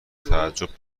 تعجب